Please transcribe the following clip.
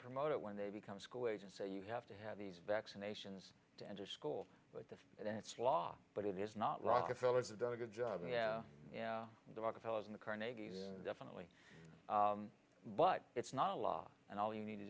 promote it when they become school age and so you have to have these vaccinations to enter school like that and then it's law but it is not rockefeller's have done a good job yeah yeah the rockefeller's in the carnegie definitely but it's not a law and all you need to